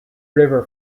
river